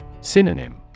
Synonym